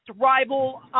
rival